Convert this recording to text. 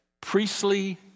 priestly